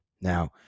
Now